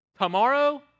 Tomorrow